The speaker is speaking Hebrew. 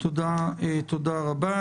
מכיוון שלא מדובר בתקנות אלא בהצעת חוק,